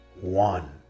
one